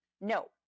No